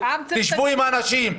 תשבו עם האנשים,